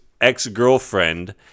ex-girlfriend